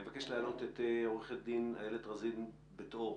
אני מבקש להעלות את עורכת הדין איילת רזין בית אור,